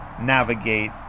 navigate